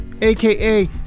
aka